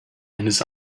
his